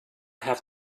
have